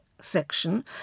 section